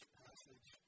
passage